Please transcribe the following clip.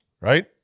right